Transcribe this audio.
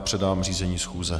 Předávám řízení schůze.